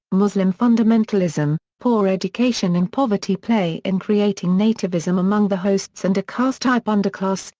muslim fundamentalism, poor education and poverty play in creating nativism among the hosts and a caste-type underclass,